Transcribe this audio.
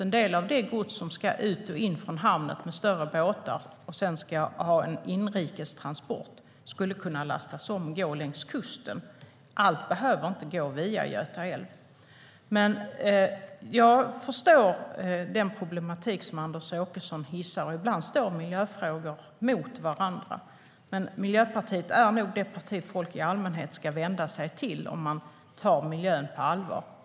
En del av det gods som ska ut och in från hamnen med större båtar och sedan ska ha en inrikestransport skulle kunna lastas om och gå längs kusten. Allt behöver inte gå via Göta älv. Miljöpartiet är nog det parti som folk i allmänhet ska vända sig till om de tar miljön på allvar.